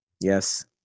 Yes